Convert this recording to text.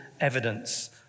evidence